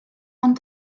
ond